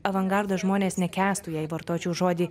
avangardo žmonės nekęstų jei vartočiau žodį